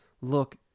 look